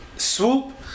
Swoop